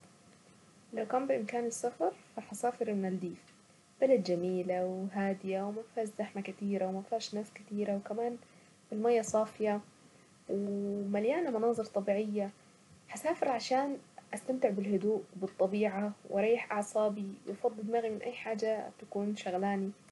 اكتر هواية بالنسبالي مفضلة هي هواية الميك اب احب اعمل مكياج كده اجيب اخواتي واقعدهم اخواتي البنات وافضل ارسم في عينيهم وافضل اعمل لهم مكياج كتير وافضل احط لهم في الالوان واجرب وامسح واغير اللوك واعمل مرة واثنين وثلاثة.